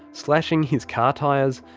slashing his car tyres,